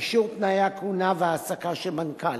אישור תנאי הכהונה וההעסקה של מנכ"ל.